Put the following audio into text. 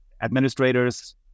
administrators